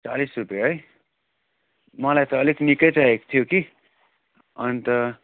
चालिस रुपियाँ है मलाई त अलिक निकै चाहिएको थियो कि अन्त